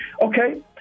Okay